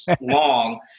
long